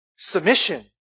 Submission